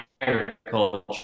agriculture